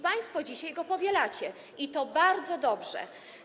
Państwo dzisiaj go powielacie i to bardzo dobrze.